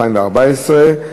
מין לסביבת נפגע העבירה (תיקון מס' 3)